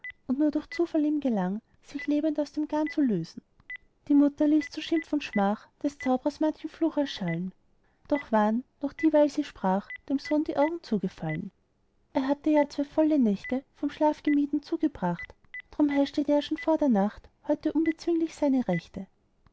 und nur durch zufall ihm gelang sich lebend aus dem garn zu lösen die mutter ließ zu schimpf und schmach des zaubrers manchen fluch erschallen doch waren noch dieweil sie sprach dem sohn die augen zugefallen er hatte ja zwei volle nächte vom schlaf gemieden zugebracht drum heischte der schon vor der nacht heut unbezwinglich seine rechte